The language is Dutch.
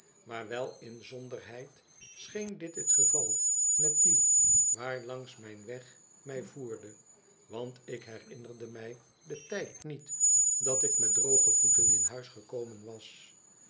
maar wel inzonderheid scheen dit het geval met die waar langs mijn weg mij voerde want ik herinnerde mij den tijd niet dat ik met droge voeten in huis gekomen was